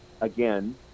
Again